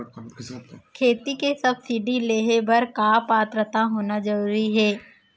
खेती के सब्सिडी लेहे बर का पात्रता होना जरूरी हे?